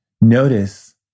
Notice